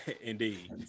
indeed